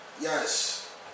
yes